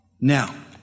Now